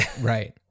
Right